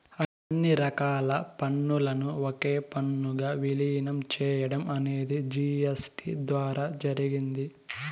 అన్ని రకాల పన్నులను ఒకే పన్నుగా విలీనం చేయడం అనేది జీ.ఎస్.టీ ద్వారా జరిగింది